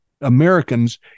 Americans